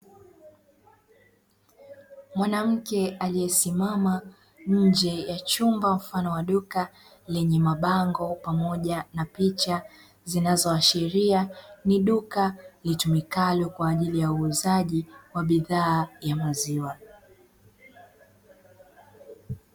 Mwanamke aliyesimama nje ya chumba mfano wa duka, chenye mabango na picha zinazoashiria ni duka litumikalo kwa ajili ya uuzaji wa bidhaa ya maziwa.